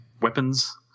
weapons